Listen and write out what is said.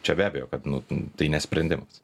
čia be abejo kad nu tai ne sprendimas